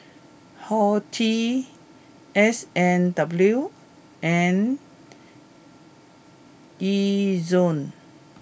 Horti S and W and Ezion